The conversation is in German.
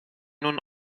nun